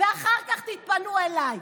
אחר כך תתפנו אליי.